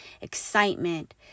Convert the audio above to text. excitement